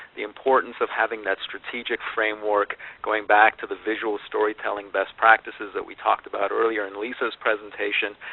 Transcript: the importance of having that strategic framework going back to the visual storytelling best practices that we talked about earlier in lisa's presentation,